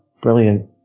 Brilliant